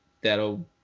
that'll